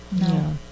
No